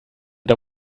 der